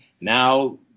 now